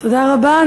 תודה רבה.